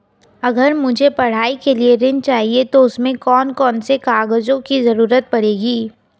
अगर मुझे पढ़ाई के लिए ऋण चाहिए तो उसमें कौन कौन से कागजों की जरूरत पड़ेगी?